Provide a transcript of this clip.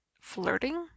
flirting